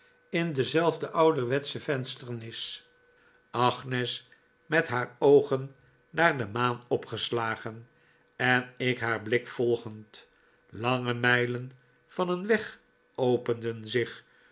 staan nis agnes met haar oogen naar de maan opgeslagen en ik haar blik volgend lange mijlen van een weg openden zich